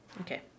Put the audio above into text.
Okay